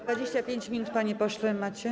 25 minut, panie pośle, macie.